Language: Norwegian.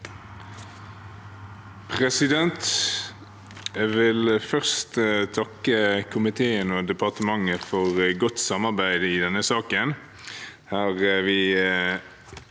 for saken): Jeg vil først takke komiteen og departementet for godt samarbeid i denne saken. Vi